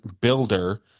Builder